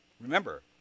Remember